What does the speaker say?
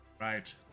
right